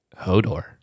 Hodor